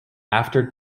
after